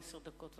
עשר דקות.